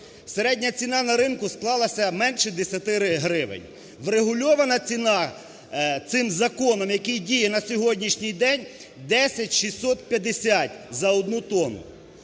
Середня ціна на ринку склалася менше 10 гривень. Врегульована ціна цим законом, який діє на сьогоднішній день, 10 650 за одну тонну.